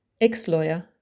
ex-lawyer